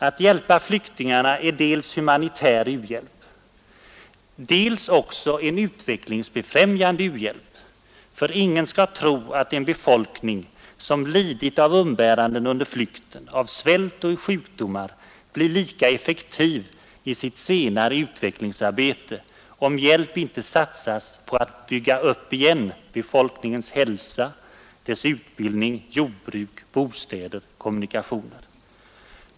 Att hjälpa flyktingarna är dels humanitär u-hjälp, dels också en utvecklingsbefrämjande u-hjälp — för ingen skall tro att en befolkning som lidit av umbäranden under flykten, av svält och sjukdomar, blir lika effektiv i sitt senare utvecklingsarbete om hjälp inte satsas på att igen bygga upp befolkningens hälsa, dess utbildning, jordbruk, bostäder, kommunikationer.